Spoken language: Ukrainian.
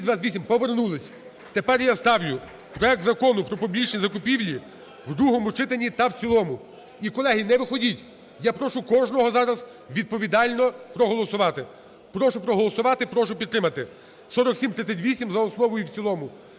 17:36:31 За-228 Повернулися. Тепер я ставлю Закону "Про публічні закупівлі" в другому читанні та в цілому. І колеги, не виходіть. Я прошу кожного зараз відповідально проголосувати. Прошу проголосувати. Прошу підтримати. 4738-д за основу і в цілому